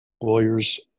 lawyers